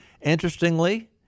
Interestingly